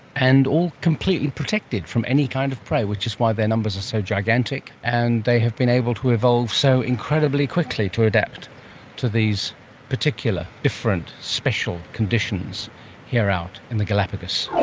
and all completely protected from any kind of prey, which is why their numbers are so gigantic and they have been able to evolve so incredibly quickly to adapt to these particular, different, special conditions here out in the galapagos.